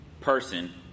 person